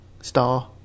Star